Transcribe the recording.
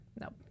Nope